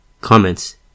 Comments